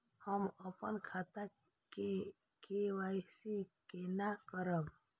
हम अपन खाता के के.वाई.सी केना करब?